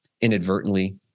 inadvertently